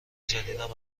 جدیدم